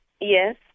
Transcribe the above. Yes